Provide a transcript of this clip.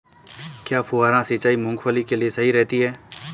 क्या फुहारा सिंचाई मूंगफली के लिए सही रहती है?